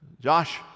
Josh